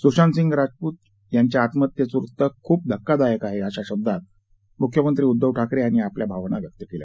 सूशांतसिंग राजपूत याच्या आत्महत्येचं वृत्त खूप धक्कादायक आहे अशा शब्दात उद्धव ठाकरे यांनी आपल्या भावना व्यक्त केल्या